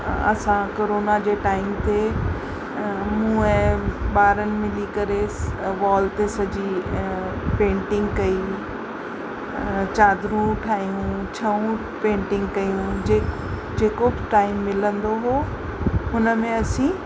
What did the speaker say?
असां करोना जे टाइम ते मूं ऐं ॿारनि मिली करे स वॉल त सॼी पेंटिंग कयी चादरूं ठाहियूं छऊं पेंटिंग कयूं जे जेको बि टाइम मिलंदो हो हुन में असीं